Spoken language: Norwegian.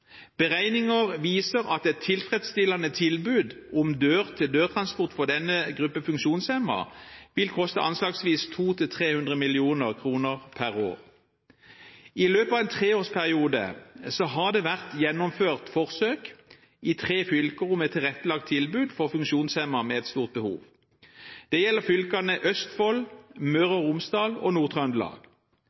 Beregninger viser at et tilfredsstillende tilbud om dør-til-dør-transport for denne gruppen funksjonshemmede vil koste anslagsvis 200–300 mill. kr per år. I løpet av en treårsperiode har det vært gjennomført forsøk i tre fylker med et tilrettelagt tilbud for funksjonshemmede med et stort behov. Det gjelder fylkene Østfold, Møre og Romsdal og